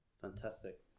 Fantastic